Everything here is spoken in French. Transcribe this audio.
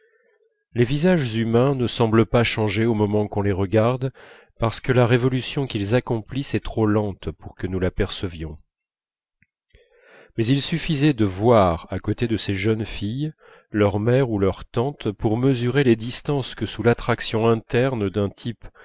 les visages humains ne semblent pas changer au moment qu'on les regarde parce que la révolution qu'ils accomplissent est trop lente pour que nous la percevions mais il suffisait de voir à côté de ces jeunes filles leur mère ou leur tante pour mesurer les distances que sous l'attraction interne d'un type